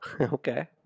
Okay